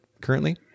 currently